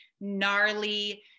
gnarly